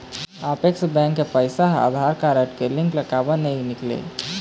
Apex bank के पैसा हा आधार कारड लिंक ले काबर नहीं निकले?